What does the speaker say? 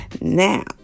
Now